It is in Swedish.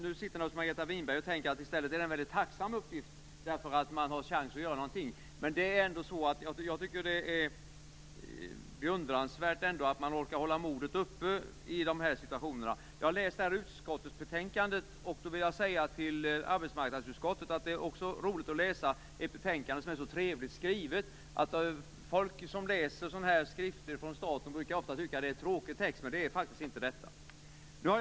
Nu sitter säkert Margareta Winberg och tänker att det är en tacksam uppgift, eftersom det finns en chans att göra något. Men jag tycker att det är beundransvärt att man orkar hålla modet uppe i dessa situationer. Jag har läst utskottsbetänkandet. Jag vill säga till arbetsmarknadsutskottet att det är roligt att läsa ett betänkande som är så trevligt skrivet. Folk som läser statliga skrifter brukar tycka att det är tråkig text. Men det är faktiskt inte denna text.